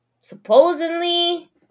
Supposedly